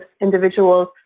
individuals